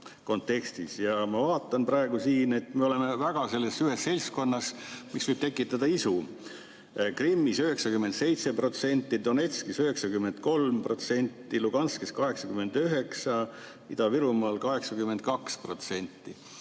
Ma vaatan praegu, et me oleme väga selles seltskonnas, mis võib tekitada isu: Krimmis 97%, Donetskis 93%, Luhanskis 89%, Ida-Virumaal 82%.